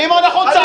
שמעון, החוצה.